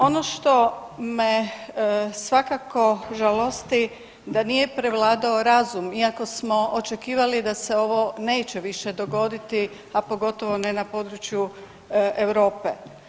Ono što me svakako žalosti, da nije prevladao razum, iako smo očekivali da se ovo neće više dogoditi, a pogotovo ne na području Europe.